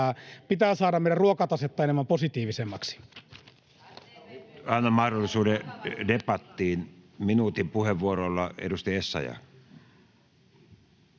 Pitää saada meidän ruokatasetta positiivisemmaksi. Nyt annan mahdollisuuden debattiin minuutin puheenvuoroilla. — Edustaja Essayah.